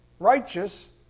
righteous